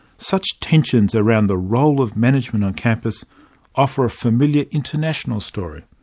such tensions around the role of management on campus offer a familiar international story.